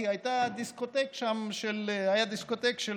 כי היה שם דיסקוטק של